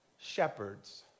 shepherds